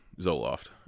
Zoloft